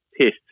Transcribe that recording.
test